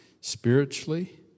spiritually